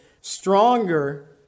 stronger